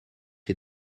est